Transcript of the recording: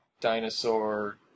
dinosaur